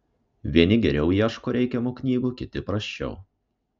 vieni geriau ieško reikiamų knygų kiti prasčiau